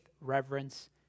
reverence